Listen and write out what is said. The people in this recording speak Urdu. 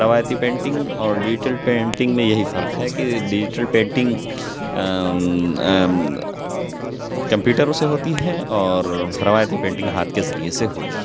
روایتی پینٹنگ اور ڈیجیٹل پینٹنگ میں یہی فرق ہے کہ ڈیجیٹل پینٹنگ کمپیوٹر سے ہوتی ہے اور روایتی پینٹنگ ہاتھ کے ذریعہ سے ہوتی ہے ٹھک